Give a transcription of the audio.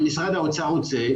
אם משרד האוצר רוצה,